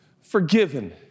forgiven